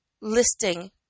listing